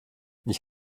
ich